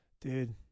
dude